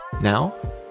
Now